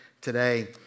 today